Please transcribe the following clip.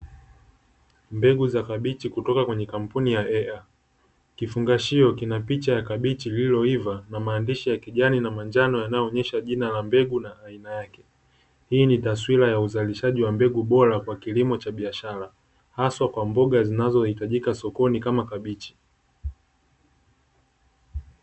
Mbegu za kabichi kutoka kwenye kamouni ya "EA" kifungashio kina picha ya kabichi iliyoiva, na maandishi yakijani na manjano yanayoonesha jina la mbegu na aina yake. Hii ni taswira ya uzalishaji wa mbegu bora kwa kilimo cha biashara, hasa kwa mboga zinazohitajika sokoni kama kabichi.